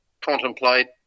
contemplate